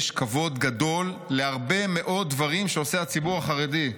יש כבוד גדול להרבה מאוד דברים שעושה הציבור החרדי".